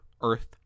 Earth